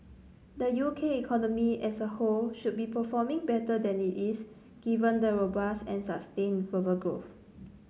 the U K economy as a whole should be performing better than it is given the robust and sustained global growth